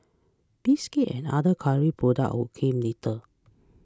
biscuits and other culinary products would came later